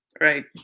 right